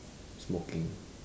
smoking